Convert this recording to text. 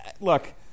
Look